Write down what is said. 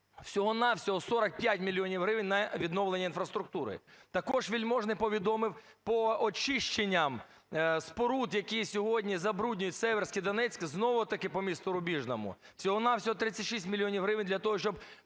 всього-на-всього 45 мільйонів гривень на відновлення інфраструктури. Також Вельможний повідомив: по очищенням споруд, які сьогодні забруднюють Сіверський Донець, знову-таки по місту Рубіжному, всього-на-всього 36 мільйонів гривень для того, щоб